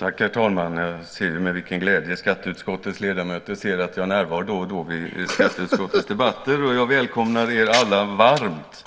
Herr talman! Jag ser med vilken glädje skatteutskottets ledamöter ser att jag närvarar då och då i skatteutskottets debatter, och jag välkomnar er alla varmt också